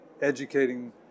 educating